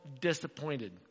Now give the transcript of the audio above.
disappointed